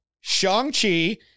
Shang-Chi